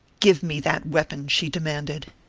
give me that weapon! she demanded.